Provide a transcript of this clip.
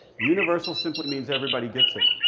universal simply means everybody gets it.